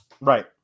Right